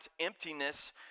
emptiness